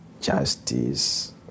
Justice